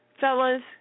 fellas